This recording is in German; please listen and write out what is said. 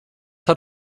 hat